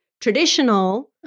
traditional